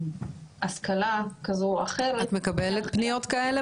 במערכת החינוך --- את מקבלת פניות כאלה